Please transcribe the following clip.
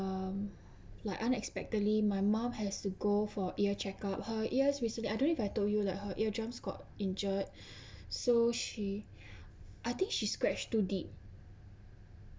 um like unexpectedly my mom has to go for ear check-up her ears recently I don't know if I told you like her eardrums got injured so she I think she scratched to deep